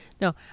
No